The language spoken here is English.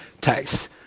text